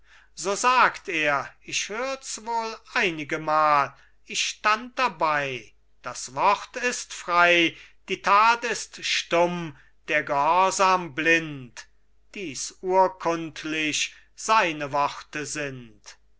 so sagt er ich hörts wohl einigemal ich stand dabei das wort ist frei die tat ist stumm der gehorsam blind dies urkundlich seine worte sind